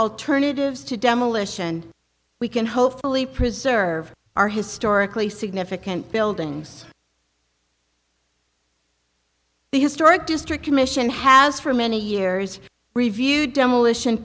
alternatives to demolition we can hopefully preserve our historically significant buildings the historic district commission has for many years reviewed demolition